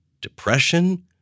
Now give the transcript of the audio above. Depression